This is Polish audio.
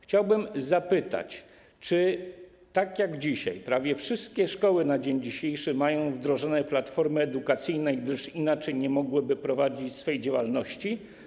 Chciałbym zapytać, czy prawie wszystkie szkoły na dzień dzisiejszy mają wdrożone platformy edukacyjne, gdyż inaczej nie mogłyby prowadzić swojej działalności.